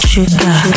Sugar